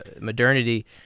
modernity